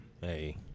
hey